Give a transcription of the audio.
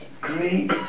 great